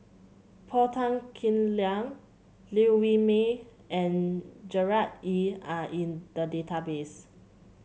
Paul Tan Kim Liang Liew Wee Mee and Gerard Ee are in the database